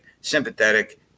sympathetic